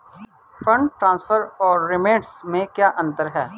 Fund transfer और remittance में क्या अंतर है?